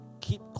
keep